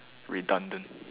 redundant